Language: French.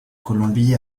colombie